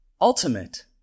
ultimate